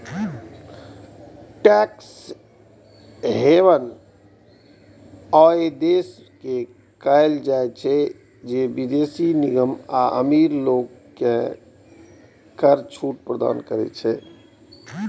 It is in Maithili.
टैक्स हेवन ओइ देश के कहल जाइ छै, जे विदेशी निगम आ अमीर लोग कें कर छूट प्रदान करै छै